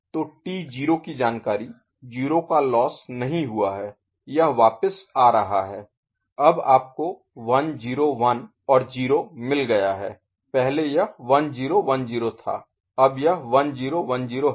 तो टी 0 की जानकारी 0 का लोस्स नहीं हुआ है यह वापस आ रहा है अब आपको 1 0 1 और 0 मिल गया है पहले यह 1010 था अब यह 1010 है